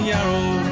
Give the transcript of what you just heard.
Yarrow